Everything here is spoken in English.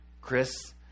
Chris